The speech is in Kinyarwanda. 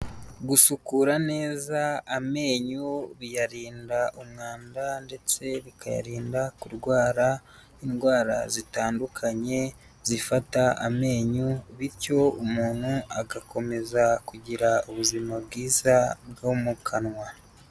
Gucukura neza amenyo biyarinda umwanda ndetse bikayarinda kurwara indwara zitandukanye zifata amenyo bityo umuntu agakomeza kugira ubuzima bwiza bwo mu kanwa.